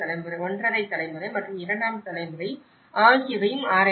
5 தலைமுறை மற்றும் இரண்டாம் தலைமுறை ஆகியவையும் ஆராயப்பட்டுள்ளன